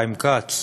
חיים כץ,